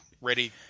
ready